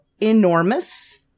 enormous